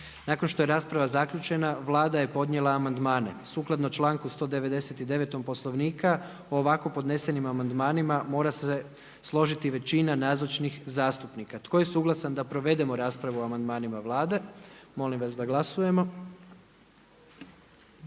Nakon što je rasprava zaključena Vlada je podnijela amandman. Sukladno članku 199. Poslovnika ovako podnesenim amandmanima mora se složiti većina nazočnih zastupnika. Tko je suglasan da provedemo raspravu o amandmanima Vlade? Molim vas glasujmo.